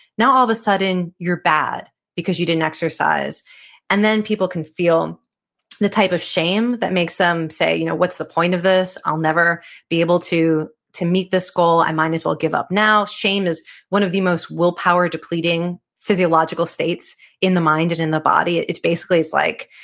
now all of a sudden you're bad because you didn't exercise and then people can feel the type of shame that makes them say, you know, what's the point of this? i'll never be able to to meet this goal. i might as well give up now. shame is one of the most willpower depleting physiological states in the mind and in the body. it it basically is like,